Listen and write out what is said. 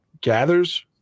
Gathers